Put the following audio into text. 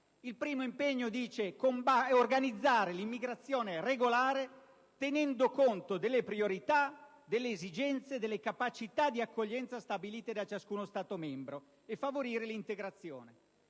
Il primo impegno è di organizzare l'immigrazione regolare tenendo conto delle priorità, delle esigenze e delle capacità di accoglienza stabilite da ciascuno Stato membro e favorire l'integrazione.